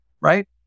right